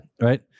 right